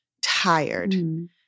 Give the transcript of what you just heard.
tired